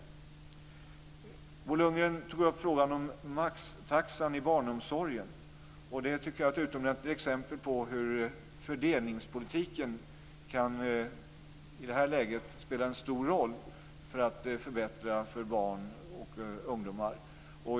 Bo Lundgren tog upp frågan om maxtaxan i barnomsorgen. Det tycker jag är ett utomordentligt exempel på hur fördelningspolitiken i det här läget kan spela en stor roll för att förbättra för barn och ungdomar.